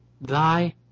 Thy